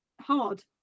hard